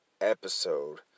episode